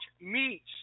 meats